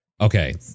Okay